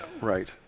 Right